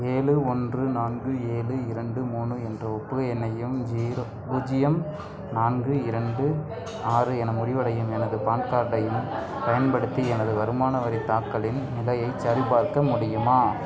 ஏழு ஒன்று நான்கு ஏழு இரண்டு மூணு என்ற ஒப்புகை எண்ணையும் ஜீரோ பூஜ்ஜியம் நான்கு இரண்டு ஆறு என முடிவடையும் எனது பான் கார்டையும் பயன்படுத்தி எனது வருமான வரித் தாக்கலின் நிலையைச் சரிபார்க்க முடியுமா